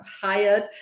hired